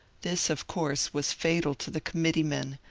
this, of course, was fatal to the committeemen,